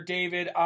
David